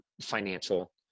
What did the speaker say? financial